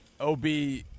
OB